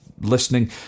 listening